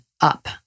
up